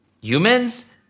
humans